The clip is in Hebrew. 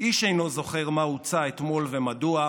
איש אינו זוכר מה הוצע אתמול ומדוע,